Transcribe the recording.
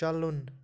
چَلُن